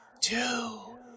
Two